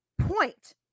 point